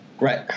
right